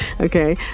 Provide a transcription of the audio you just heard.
Okay